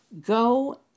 Go